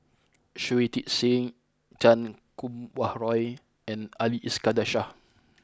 Shui Tit Sing Chan Kum Wah Roy and Ali Iskandar Shah